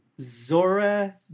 Zora